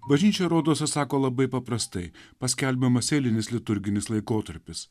bažnyčia rodos atsako labai paprastai paskelbiamas eilinis liturginis laikotarpis